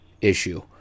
issue